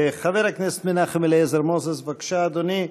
חבר הכנסת מנחם אליעזר מוזס, בבקשה, אדוני.